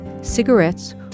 cigarettes